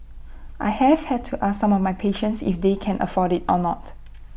I have had to ask some of my patients if they can afford IT or not